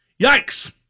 Yikes